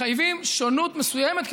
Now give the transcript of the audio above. מחייבים שונות מסוימת,